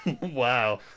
Wow